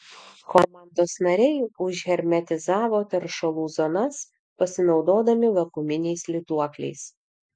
komandos nariai užhermetizavo teršalų zonas pasinaudodami vakuuminiais lituokliais